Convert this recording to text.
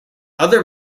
other